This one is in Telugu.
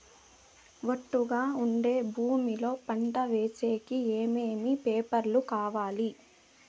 ఒట్టుగా ఉండే భూమి లో పంట వేసేకి ఏమేమి పేపర్లు కావాలి?